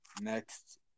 next